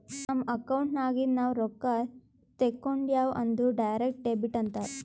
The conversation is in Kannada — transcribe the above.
ನಮ್ ಅಕೌಂಟ್ ನಾಗಿಂದ್ ನಾವು ರೊಕ್ಕಾ ತೇಕೊಂಡ್ಯಾವ್ ಅಂದುರ್ ಡೈರೆಕ್ಟ್ ಡೆಬಿಟ್ ಅಂತಾರ್